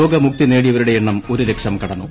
രോഗ മുക്തി നേടിയവരുടെ എണ്ണം ഒരു ലക്ഷം കടന്നു